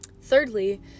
Thirdly